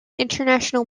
international